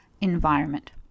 environment